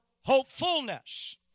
hopefulness